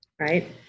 right